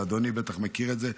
אדוני בטח מכיר את זה,